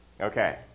Okay